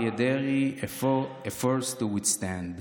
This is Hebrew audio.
/ Aryeh Deri, a force to withstand.